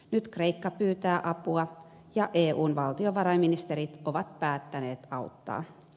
nyt kreikka pyytää apua ja eun valtiovarainministerit ovat päättäneet auttaa